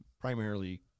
primarily